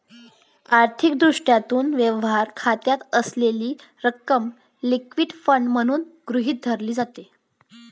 आर्थिक दृष्टिकोनातून, व्यवहार खात्यात असलेली रक्कम लिक्विड फंड म्हणून गृहीत धरली जाते